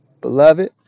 Beloved